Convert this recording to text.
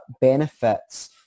benefits